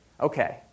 Okay